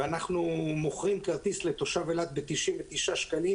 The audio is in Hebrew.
ואנחנו מוכרים כרטיס לתושב אילת ב-99 שקלים,